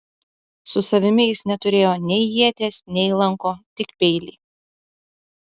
su savimi jis neturėjo nei ieties nei lanko tik peilį